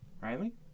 Riley